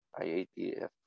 IATF